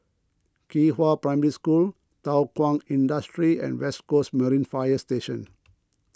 Qihua Primary School Thow Kwang Industry and West Coast Marine Fire Station